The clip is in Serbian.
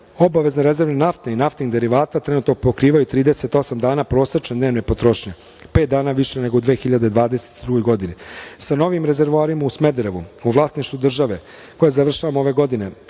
Obavezne rezerve nafte i naftnih derivata trenutno pokrivaju 38 dana prosečne dnevne potrošnje, pet dana više nego u 2022. godini. Sa novim rezervoarima u Smederevu, u vlasništvu države, koje završavamo ove godine,